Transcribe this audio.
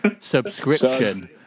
subscription